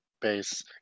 base